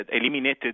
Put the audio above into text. eliminated